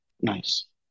Nice